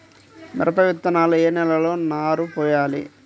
మిరప విత్తనాలు ఏ నెలలో నారు పోయాలి?